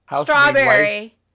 Strawberry